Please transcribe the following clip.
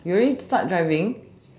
you already start driving